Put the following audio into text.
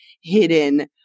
hidden